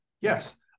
yes